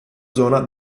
zona